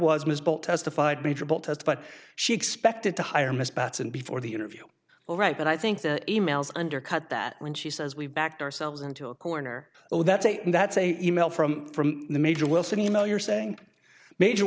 was missed but testified major test but she expected to hire miss bateson before the interview all right but i think the e mails undercut that when she says we've backed ourselves into a corner oh that's a that's a email from from the major wilson e mail you're saying major